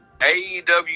aew